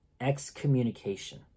excommunication